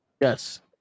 Yes